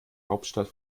hauptstadt